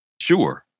Sure